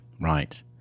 right